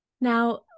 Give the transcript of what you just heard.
Now